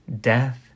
death